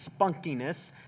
spunkiness